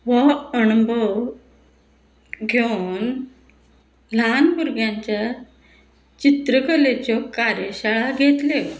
वो अणभव घेवन ल्हान भुरग्यांच्या चित्रकलेच्यो कार्यशाळा घेतल्यो